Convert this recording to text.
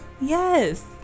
Yes